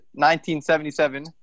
1977